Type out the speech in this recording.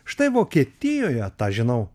štai vokietijoje tą žinau